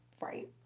Right